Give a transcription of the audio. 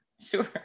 Sure